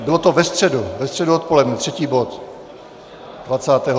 Bylo to ve středu, ve středu odpoledne, třetí bod, třiadvacátého.